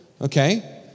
Okay